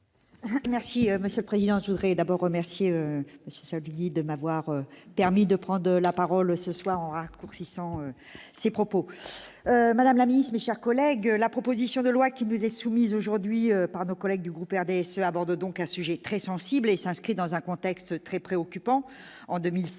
Merci monsieur le président Touré Dabo remercier de m'avoir permis de prendre la parole ce soir en raccourcissant ses propos Madame la miss mis chers collègues, la proposition de loi qui nous est soumise aujourd'hui par nos collègues du groupe RDSE aborde donc un sujet très sensible et s'inscrit dans un contexte très préoccupant en 2016